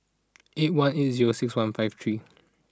eight one eight zero six one five three